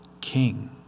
king